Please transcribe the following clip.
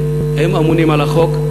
הם אמונים על החוק.